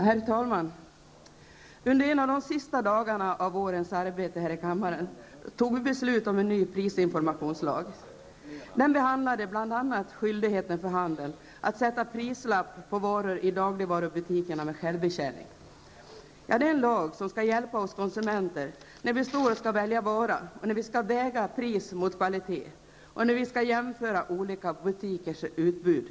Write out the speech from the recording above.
Herr talman! Under en av de sista dagarna av vårens arbete fattade vi ett beslut här i kammaren om en ny prisinformationslag. Den behandlade bl.a. skyldighet för handeln att sätta prislapp på varor i dagligvarubutiker med självbetjäning. Prisinformationslagen skall hjälpa oss konsumenter när vi skall välja vara, när vi skall väga pris mot kvalitet och när vi skall jämföra olika butikers utbud.